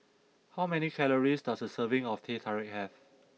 how many calories does a serving of Teh Tarik have